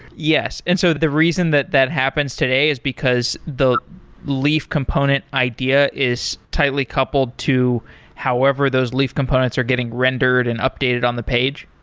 yes. and so the reason that that happens today is because the leaf component idea is tightly coupled to however those leaf components are getting rendered and updated on the page?